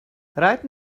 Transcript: right